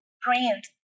print